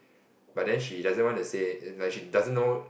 but then she doesn't want to say like she doesn't know